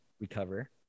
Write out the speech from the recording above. recover